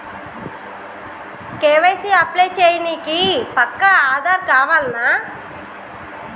KYC apply చేయనీకి పక్కా ఆధార్ కావాల్నా?